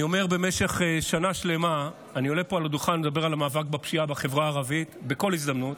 במשך שנה שלמה אני עולה פה על הדוכן, ובכל הזדמנות